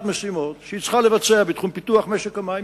משימות שהיא צריכה לבצע בתחום פיתוח משק המים,